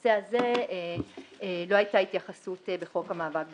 ובנושא הזה לא הייתה התייחסות בחוק המאבק בטרור.